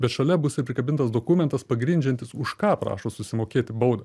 bet šalia bus ir prikabintas dokumentas pagrindžiantis už ką prašo susimokėti baudą